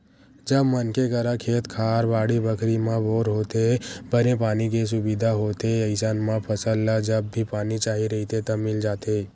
जब मनखे करा खेत खार, बाड़ी बखरी म बोर होथे, बने पानी के सुबिधा होथे अइसन म फसल ल जब भी पानी चाही रहिथे त मिल जाथे